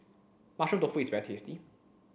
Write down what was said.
mushroom tofu is very tasty